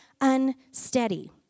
unsteady